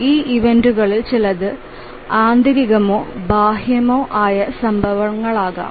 ഈ ഇവന്റുകളിൽ ചിലത് ആന്തരികമോ ബാഹ്യമോ ആയ സംഭവങ്ങളാകാം